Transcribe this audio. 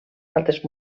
altres